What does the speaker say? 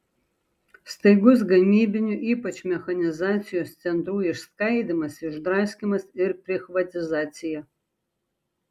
staigus gamybinių ypač mechanizacijos centrų išskaidymas išdraskymas ir prichvatizacija